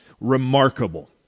remarkable